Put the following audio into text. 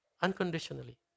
unconditionally